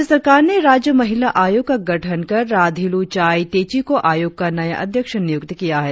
राज्य सरकार ने राज्य महिला आयोग का गठन कर राधिलू चाई तेची को आयोग का नया अध्यक्ष नियुक्त किया है